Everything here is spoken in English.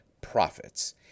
profits